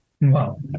Wow